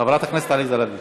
חברת הכנסת עליזה לביא.